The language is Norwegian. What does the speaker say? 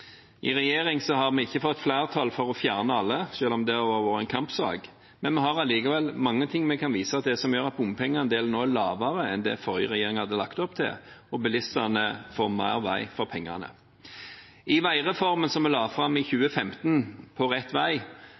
I regjering har vi ikke fått flertall for å fjerne alle, selv om det har vært en kampsak, men vi har allikevel mye vi kan vise til som gjør at bompengeandelen nå er lavere enn det forrige regjering hadde lagt opp til, og bilistene får mer vei for pengene. I veireformen som vi la fram i 2015, På rett vei,